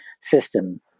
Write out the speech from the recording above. system